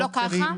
לא כולם.